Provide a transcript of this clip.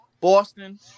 Boston